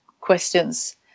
questions